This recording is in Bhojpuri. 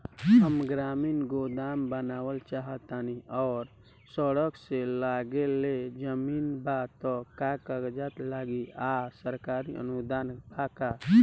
हम ग्रामीण गोदाम बनावल चाहतानी और सड़क से लगले जमीन बा त का कागज लागी आ सरकारी अनुदान बा का?